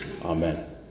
Amen